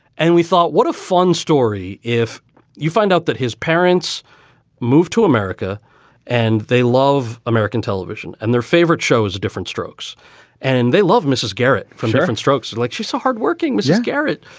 and we thought, what a fun story. if you find out that his parents moved to america and they love american television and their favorite shows, a different strokes and they love mrs. garrett from different strokes, like she's a so hardworking ms. garrett.